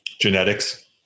genetics